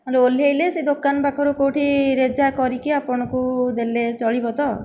ମାନେ ଓଲ୍ହେଇଲେ ସେହି ଦୋକାନ ପାଖରୁ କେଉଁଠି ରେଜା କରିକି ଆପଣଙ୍କୁ ଦେଲେ ଚଲିବ ତ